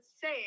say